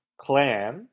clan